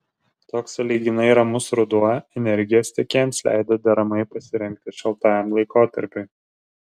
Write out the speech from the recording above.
toks sąlyginai ramus ruduo energijos tiekėjams leido deramai pasirengti šaltajam laikotarpiui